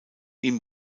ihm